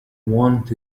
want